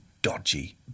dodgy